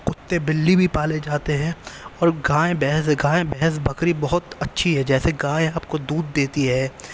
کتے بلی بھی پالے جاتے ہیں اور گائے بھینس گائے بھینس بکری بہت اچھی ہے جیسے گائے آپ کو دودھ دیتی ہے